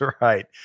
right